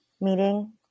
meeting